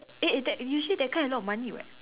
eh that usually that kind a lot of money [what]